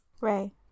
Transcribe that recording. Ray